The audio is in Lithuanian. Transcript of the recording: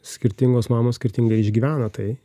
skirtingos mamos skirtingai išgyvena tai